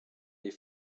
les